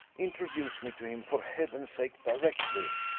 introduce me to him, for heaven's sake, directly!